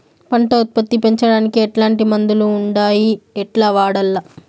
పంట ఉత్పత్తి పెంచడానికి ఎట్లాంటి మందులు ఉండాయి ఎట్లా వాడల్ల?